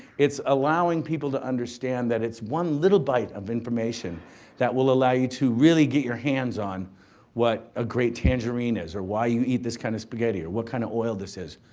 it's allowing people to understand that it's one little bite of information that will allow you to really get your hands on what a great tangerine is, or why you eat this kind of spaghetti or what kind of oil this is.